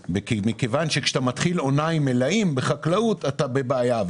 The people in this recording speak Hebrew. מכיוון שכאשר אתה מתחיל עונה עם מלאים בחקלאות אתה בבעיה,